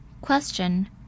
Question